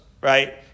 right